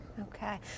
Okay